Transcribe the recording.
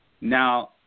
now